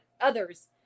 others